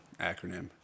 acronym